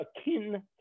akin